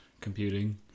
computing